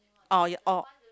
or ya or